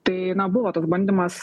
tai buvo toks bandymas